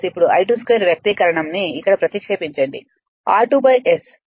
అప్పుడు I22 వ్యక్తీకరణం ని ఇక్కడ ప్రతిక్షేపించండి r2 s